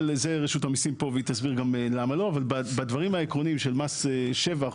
--- ואם המדינה וויתרה בנקודה הספציפית הזו.